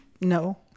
No